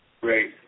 Great